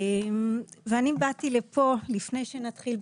אני באתי לפה לפני שנתחיל,